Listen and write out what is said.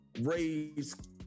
raise